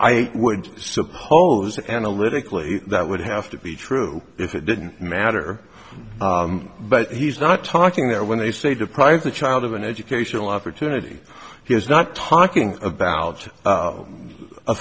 i would suppose analytically that would have to be true if it didn't matter but he's not talking there when they say deprive the child of an educational opportunity he is not talking about